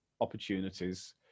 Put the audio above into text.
opportunities